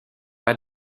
pas